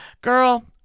Girl